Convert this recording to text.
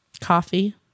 Coffee